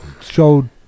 showed